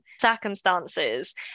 circumstances